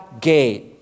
gate